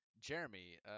Jeremy